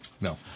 No